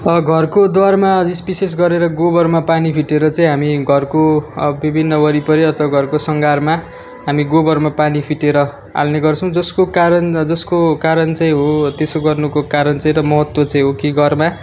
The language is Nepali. घरको द्वारमा यस विशेष गरेर गोबरमा पानी फिटेर चाहिँ हामी घरको अब विभिन्न वरिपरि अथवा घरको सङ्घारमा हामी गोबरमा पानी फिटेर हाल्नेगर्छौँ जसको कारण जसको कारण चाहिँ हो त्यसो गर्नुको कारण चाहिँ र महत्त्व चाहिँ हो कि घरमा